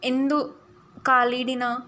ఎందు కాళిడిన